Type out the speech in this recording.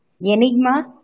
Enigma